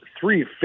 three